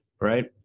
right